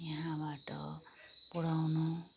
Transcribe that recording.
यहाँबाट पुर्याउनु